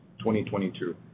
2022